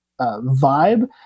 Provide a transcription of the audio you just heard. vibe